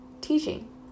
teaching